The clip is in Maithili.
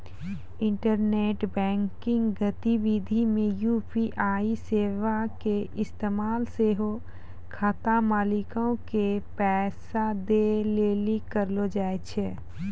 इंटरनेट बैंकिंग गतिविधि मे यू.पी.आई सेबा के इस्तेमाल सेहो खाता मालिको के पैसा दै लेली करलो जाय छै